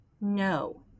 No